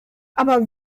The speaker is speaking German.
aber